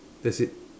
that's it